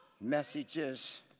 messages